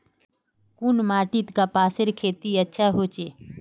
कुन माटित कपासेर खेती अधिक होचे?